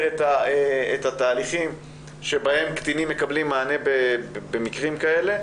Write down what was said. את התהליכים שבהם קטינים מקבלים מענה במקרים כאלה,